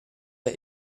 der